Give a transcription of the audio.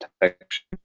Protection